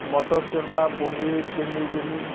motor ଚନା ପନିର୍ କେ ନେଇକିରି